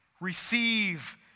receive